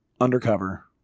undercover